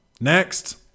next